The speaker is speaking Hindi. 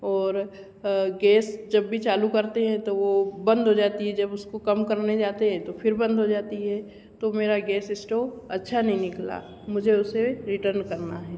और गैस जब भी चालू करते हैं तो बंद हो जाती है जब उसको कम करने जाते हैं तो फ़िर बंद हो जाती है तो मेरा गैस स्टोव अच्छा नहीं निकला मुझे उसे रिटर्न करना है